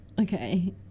Okay